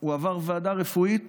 הוא עבר ועדה רפואית